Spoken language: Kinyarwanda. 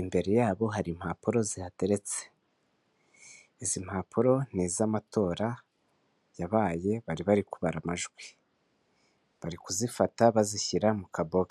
imbere yabo hari impapuro zihateretse. Izi mpapuro ni iz'amatora yabaye bari bari kubara amajwi. Bari kuzifata bazishyira mu ka box.